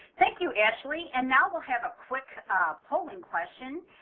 thank you, ashley, and now weill have a quick polling question.